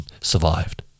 survived